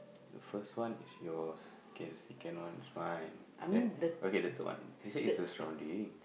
the first one is your second second one is fine okay the third one he say is the surrounding